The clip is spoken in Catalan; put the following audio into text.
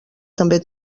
també